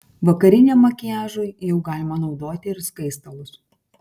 vakariniam makiažui jau galima naudoti ir skaistalus